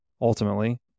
ultimately